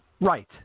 Right